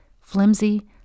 Flimsy